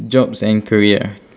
jobs and career